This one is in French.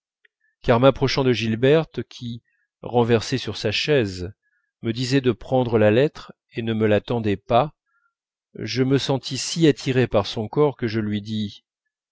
car m'approchant de gilberte qui renversée sur sa chaise me disait de prendre la lettre et ne me la tendait pas je me sentis si attiré par son corps que je lui dis